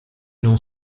non